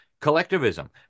collectivism